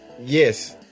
Yes